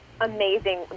amazing